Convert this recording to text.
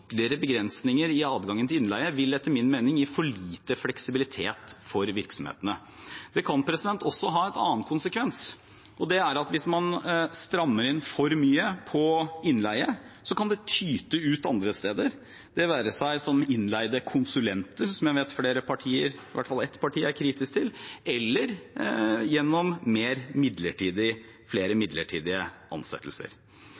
begrensninger i adgangen til innleie vil etter min mening gi for lite fleksibilitet for virksomhetene. Det kan også ha en annen konsekvens, og det er at hvis man strammer inn for mye på innleie, kan det tyte ut andre steder, det være seg i form av innleide konsulenter – som jeg vet flere partier, i hvert fall ett parti, er kritiske til – eller gjennom